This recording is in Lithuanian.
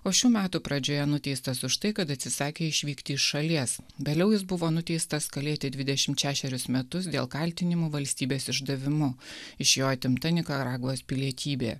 o šių metų pradžioje nuteistas už tai kad atsisakė išvykti iš šalies vėliau jis buvo nuteistas kalėti dvidešimt šešerius metus dėl kaltinimų valstybės išdavimu iš jo atimta nikaragvos pilietybė